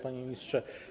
Panie Ministrze!